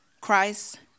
Christ